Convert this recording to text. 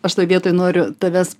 aš toj vietoj noriu tavęs